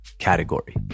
category